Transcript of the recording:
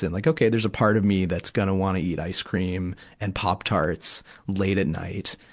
and like okay. there's a part of me that's gonna wanna eat ice cream and pop tarts late at night.